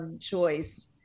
choice